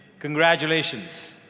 congratulations.